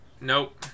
Nope